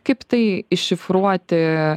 kaip tai iššifruoti